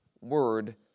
word